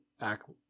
act